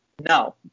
no